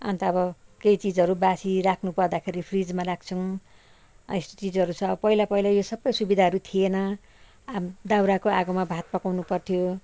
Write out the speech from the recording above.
अन्त अब केही चिजहरू बासी राख्नु पर्दाखेरि फ्रिजमा राख्छौँ यस्तो चिजहरू छ पहिला पहिला यो सबै सुविधाहरू थिएन अब दाउराको आगोमा भात पकाउनु पर्थ्यो